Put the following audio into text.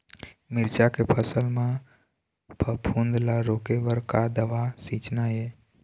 मिरचा के फसल म फफूंद ला रोके बर का दवा सींचना ये?